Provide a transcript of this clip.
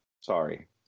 Sorry